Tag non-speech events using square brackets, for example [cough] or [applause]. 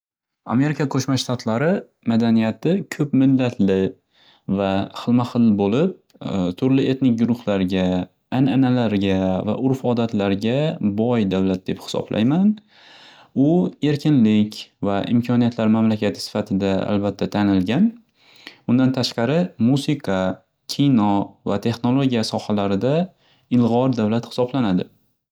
Amerika Qo'shma Shtatlari madaniyati ko'p millatli va xilma xil bo'lib, [hesitation] turli etnik guruhlarga, ananalarga va urf-odatlarga boy davlat deb hisoblayman. U erkinlik va imkoniyatlarga mamlakati sifatida tanilgan. Undan tashqari, musiqa, kino va texnologiya sohalarida ilg'or davlat hisoblanadi.